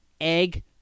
egg